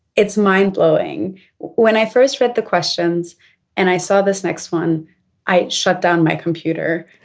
it's mind blowing when i first read the questions and i saw this next one i shut down my computer